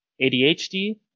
ADHD